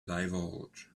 divulge